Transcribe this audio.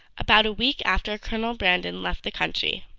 about a week after colonel brandon left the country,